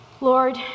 Lord